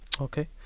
Okay